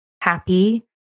happy